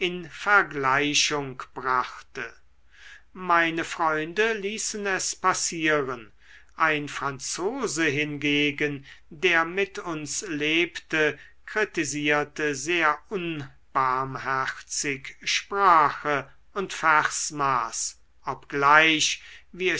vergleichung brachte meine freunde ließen es passieren ein franzose hingegen der mit uns lebte kritisierte sehr unbarmherzig sprache und versmaß obgleich wie